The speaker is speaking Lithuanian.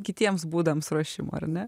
kitiems būdams ruošimo ar ne